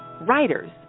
writers